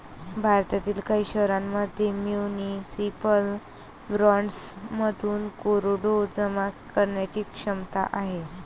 भारतातील काही शहरांमध्ये म्युनिसिपल बॉण्ड्समधून करोडो जमा करण्याची क्षमता आहे